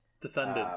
descendant